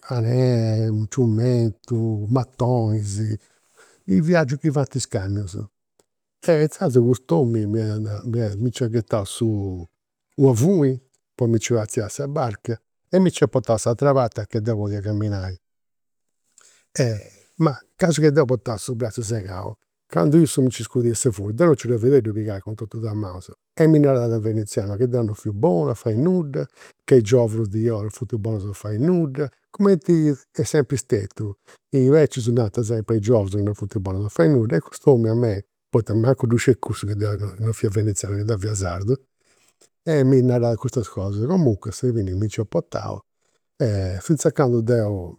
Arena, ciumentu mattonis, i' viagius chi faint is camion. E inzaras cust'omini m'iat mi nc'iat ghetau su, una funi po mi nci fai arziai a sa barca e mi nc'iat portau a s'atera parti a ca deu podia camminai. Casi ca deu portà su bratzu segau, candu issu mi nci scudiat sa funi, deu non nci dda fadia a dda pigai cun tot'e duas i' manus e mi narat in veneziano, ca deu non fia bonu a fai nudda, che i giovunus non funt bonus a fai nudda, cumenti est sempri stetiu, i' becius nant sempri a i giovunus ca non funt bonus a fai nudda. E cust'omini a mei, poita mancu ddu scidia cussu ca deu non fia venezianu, chi deu fiu sardu, mi narat custas cosas. Comunque a sa fini mi nc'iat portau e finzas a candu deu